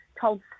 told